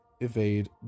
evade